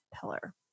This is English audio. pillar